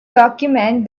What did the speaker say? document